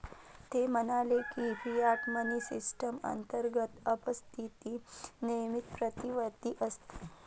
ते म्हणाले की, फियाट मनी सिस्टम अंतर्गत अपस्फीती नेहमीच प्रतिवर्ती असते